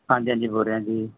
ਹਾਂਜੀ ਹਾਂਜੀ ਬੋਲ ਰਿਹਾ ਜੀ